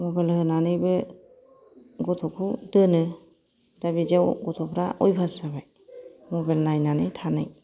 मबेल होनानैबो गथ'खौ दोनो दा बिदियाव गथ'फ्रा अयभास जाबाय मबेल नायनानै थानाय